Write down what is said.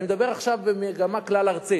אני מדבר עכשיו על מגמה כלל-ארצית.